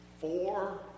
Four